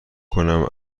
کنم